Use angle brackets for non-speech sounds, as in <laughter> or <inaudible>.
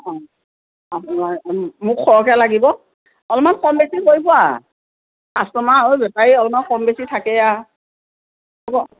অ <unintelligible> মোক সৰহকৈ লাগিব অলপমান কম বেছি কৰিব আৰু কাষ্টমাৰ হৈ বেপাৰী অলপমান কম বেছি থাকেই আৰু <unintelligible>